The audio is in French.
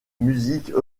musique